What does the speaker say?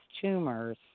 tumors